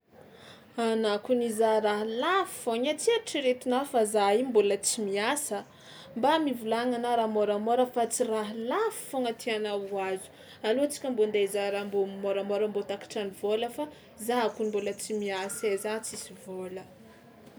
Anà koa nizaha raha lafo foagna ai, tsy eritreretinao fa za io mbôla tsy miasa, mba miviliagna anà raha môramôra fa tsy raha lafo foagna tianà ho azo, alô tsika mbô andeha hizaha raha mbô môramôra mbô takatran'ny vôla fa za kony mbola tsy miasa ai, za tsisy vôla.